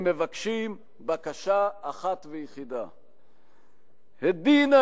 הם מבקשים בקשה אחת ויחידה: אהדנא